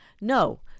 no